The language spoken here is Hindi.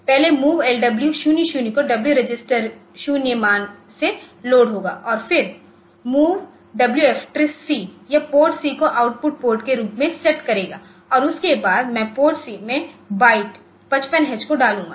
पहले MOVLW 00 तो डब्ल्यू रजिस्टर 0 मान से लोड होगा और फिर MOVWF TRISC यहPORTC को आउटपुट पोर्ट के रूप में सेट करेगा और उसके बाद मैं PORTC में बाइट 55 H को डालूंगा